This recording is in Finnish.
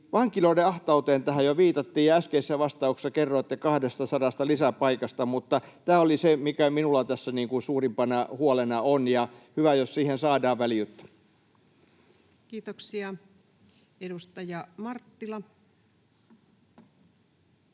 Vankiloiden ahtauteen jo viitattiin, ja äskeisessä vastauksessa kerroitte 200 lisäpaikasta. Tämä oli se, mikä minulla on tässä suurimpana huolena. Hyvä, jos siihen saadaan väljyyttä. [Speech 367] Speaker: